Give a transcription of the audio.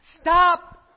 Stop